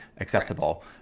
accessible